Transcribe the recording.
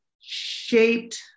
shaped